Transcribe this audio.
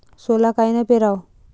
सोला कायनं पेराव?